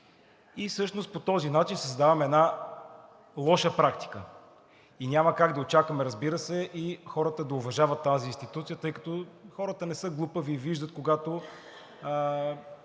И всъщност по този начин създаваме една лоша практика и няма как да очакваме, разбира се, хората да уважават тази институция, тъй като хората не са глупави и виждат, когато